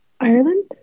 Ireland